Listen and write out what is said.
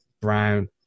Brown